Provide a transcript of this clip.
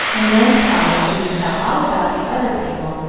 and merry promised she would tell all about the other people,